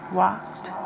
walked